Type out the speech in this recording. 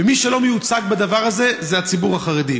ומי שלא מיוצג בדבר הזה הוא הציבור החרדי.